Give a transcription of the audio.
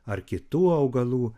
ar kitų augalų